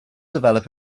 develop